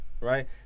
right